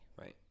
right